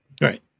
Right